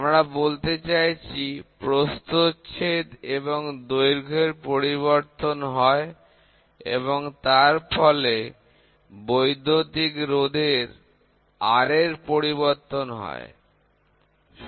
আমরা বলতে চাইছি প্রস্থচ্ছেদ এবং দৈর্ঘ্য পরিবর্তন হয় এবং তার ফলে বৈদ্যুতিক রোধ R এর পরিবর্তন হয়